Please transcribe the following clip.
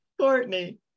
Courtney